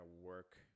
work